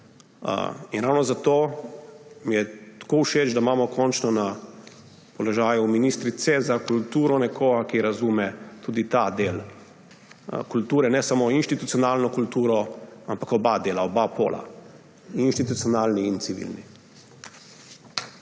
In ravno zato mi je tako všeč, da imamo končno na položaju ministrice za kulturo nekoga, ki razume tudi ta del kulture, ne samo inštitucionalno kulturo, ampak oba dela, oba pola – in inštitucionalni in civilni.